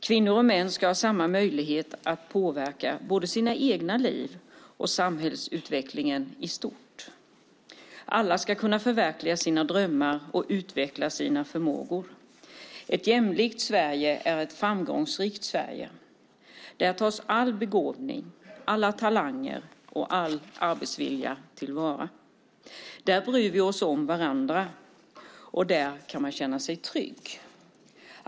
Kvinnor och män ska ha samma möjligheter att påverka både sina egna liv och samhällsutvecklingen i stort. Alla ska kunna förverkliga sina drömmar och utveckla sina förmågor. Ett jämlikt Sverige är ett framgångsrikt Sverige. Där tas all begåvning, alla talanger och all arbetsvilja till vara. Där bryr vi oss om varandra, och där kan man känna sig trygg.